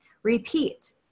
Repeat